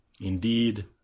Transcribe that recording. Indeed